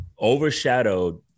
overshadowed